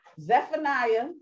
Zephaniah